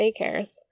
daycares